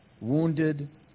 wounded